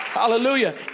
Hallelujah